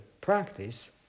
practice